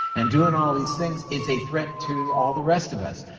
and doing all these things is a threat to all the rest of us.